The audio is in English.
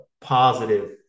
positive